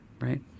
right